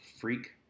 freak